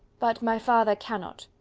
but my father cannot.